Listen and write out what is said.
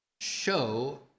show